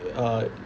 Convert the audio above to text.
err